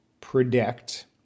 predict